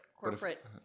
corporate